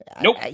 Nope